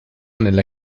nella